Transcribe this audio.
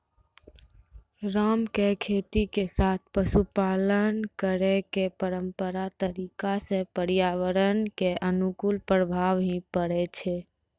राम के खेती के साथॅ पशुपालन करै के परंपरागत तरीका स पर्यावरण कॅ अनुकूल प्रभाव हीं पड़ै छै